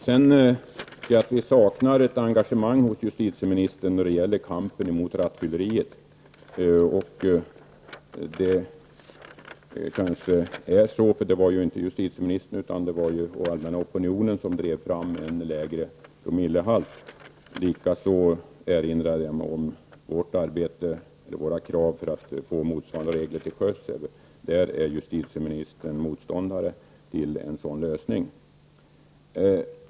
Sedan vill jag säga att jag tycker att justitieministern saknar engagemang när det gäller kampen mot rattfylleri -- så är det kanske. Det var ju inte justitieministern utan den allmänna opinionen som drev fram en lägre promillehalt. Likaså vill jag erinra om våra krav på motsvarande regler till sjöss. På den punkten är ju justitieministern motståndare till vår lösning.